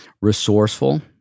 resourceful